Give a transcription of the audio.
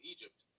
Egypt